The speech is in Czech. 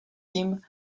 tím